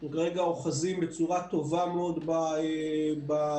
כרגע אוחזים בצורה טובה מאוד בנתונים.